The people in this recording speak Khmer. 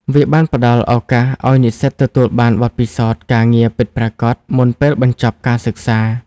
វាបានផ្តល់ឱកាសឱ្យនិស្សិតទទួលបានបទពិសោធន៍ការងារពិតប្រាកដមុនពេលបញ្ចប់ការសិក្សា។